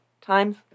times